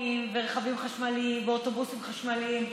האוטונומיים ורכבים חשמליים ואוטובוסים חשמליים,